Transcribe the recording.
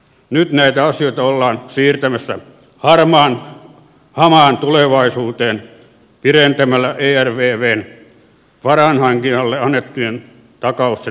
nyt näitä asioita ollaan siirtämässä hamaan tulevaisuuteen pidentämällä ervvn varainhankinnalle annettujen takausten voimassaoloaikaa